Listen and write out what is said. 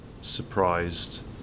surprised